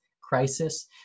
crisis